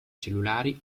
cellulari